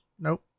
nope